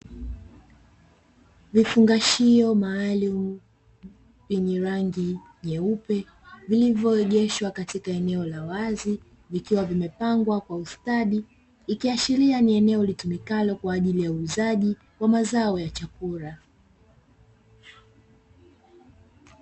Vifungashio maalimu vyenye rangi nyeupe vilivyo egeshwa katika eneo la wazi vikiwa vimepangwa kwa ustadi. Ikiashiria ni eneo litumikalo kwa ajili ya uuzaji wa mazao ya chakula.